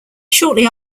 shortly